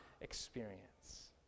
experience